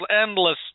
endless